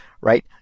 right